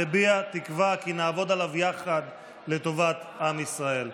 אני מביע תקווה כי נעבוד עליו יחד לטובת עם ישראל.